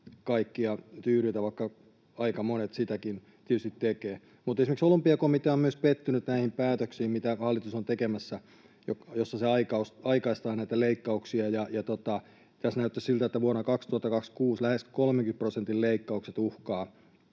kaikkia tyydytä — vaikka aika monet sitäkin tietysti tekevät. Esimerkiksi Olympiakomitea on myös pettynyt näihin päätöksiin, mitä hallitus on tekemässä, joissa se aikaistaa näitä leikkauksia. Näyttäisi siltä, että vuonna 2026 lähes 30 prosentin leikkaukset uhkaavat